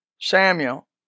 Samuel